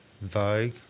Vogue